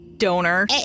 Donor